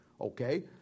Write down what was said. okay